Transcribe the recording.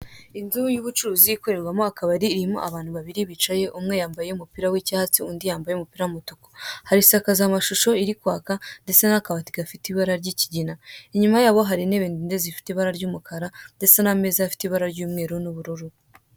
Inzu y'ubucuruzi ikorerwamo akabari irimo abantu babiri bicaye umwe yambaye umupira w'icyatsi undi yambayae umupira w'umutuku. Hari isakaza mashusho iri kwaka ndetse n'akabati gafite ibara ry'ikigina. Inyuma yabo hari intebe ndende zifite ibara ry'umukara ndetse n'ameza afite ibara ry'umweru n'ubururu.